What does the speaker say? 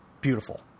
beautiful